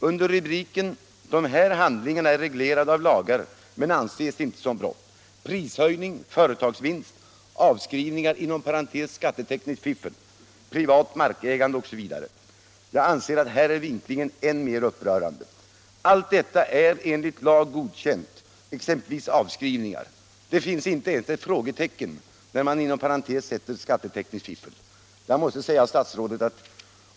Under rubriken ”De här handlingarna är reglerade av lagar men anses inte som brott” räknar man upp prishöjning, företagsvinst, avskrivningar , privat markägande osv. Jag anser att här är vinklingen än mer upprörande. Allt detta är enligt lag godkänt, exempelvis avskrivningar. Det finns inte ens ett frågetecken när man inom parentes skriver ”skattetekniskt fiffel”.